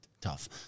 tough